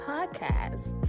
Podcast